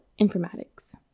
informatics